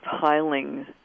piling